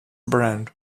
brand